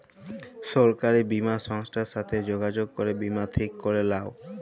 সরকারি বীমা সংস্থার সাথে যগাযগ করে বীমা ঠিক ক্যরে লাও